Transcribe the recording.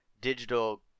digital